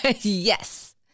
Yes